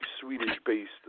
Swedish-based